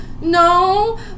no